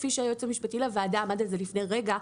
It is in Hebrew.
כפי שהיועץ המשפטי לוועדה עמד על זה לפני רגע.